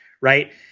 right